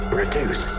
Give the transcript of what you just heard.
reduce